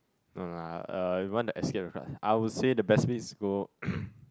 no lah uh if want to escape the crowd I would say the best way is to go